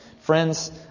Friends